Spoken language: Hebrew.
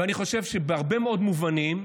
ואני חושב שבהרבה מאוד מובנים,